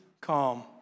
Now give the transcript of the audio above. calm